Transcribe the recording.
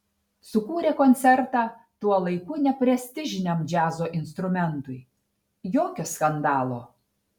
sukūrė koncertą tuo laiku neprestižiniam džiazo instrumentui jokio skandalo